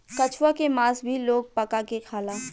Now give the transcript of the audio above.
कछुआ के मास भी लोग पका के खाला